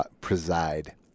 preside